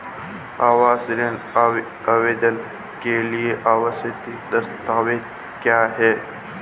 आवास ऋण आवेदन के लिए आवश्यक दस्तावेज़ क्या हैं?